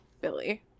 Billy